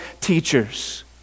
teachers